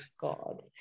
god